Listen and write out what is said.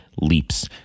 leaps